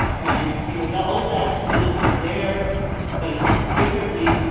and you know that all of that's still there but it's differently.